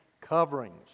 coverings